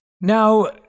Now